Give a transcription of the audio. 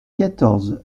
quatorze